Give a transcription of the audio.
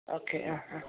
okay ah ah